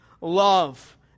Love